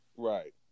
right